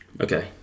Okay